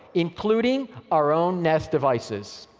including our own nest devices.